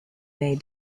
may